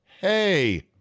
hey